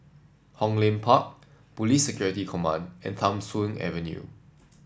Hong Lim Park Police Security Command and Tham Soong Avenue